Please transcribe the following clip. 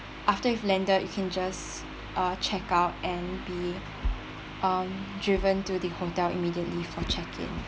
after you've landed you can just uh checkout and be um driven to the hotel immediately for check-in